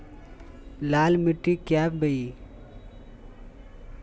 लाल मिट्टी क्या बोए?